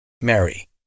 Mary